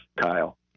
kyle